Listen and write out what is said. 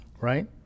right